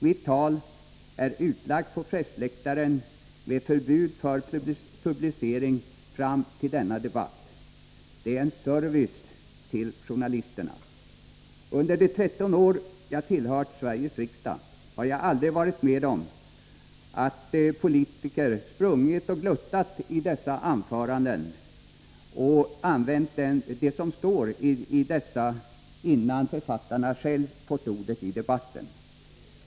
Mitt tal är utlagt på pressläktaren med förbud för publicering fram till denna debatt. Det är en service till journalisterna. Under de 13 år jag tillhört Sveriges riksdag har jag aldrig varit med om att politiker sprungit och gluttat i dessa anföranden och använt det som står i dem, innan författarna själva fått ordet i debatten.